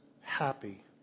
happy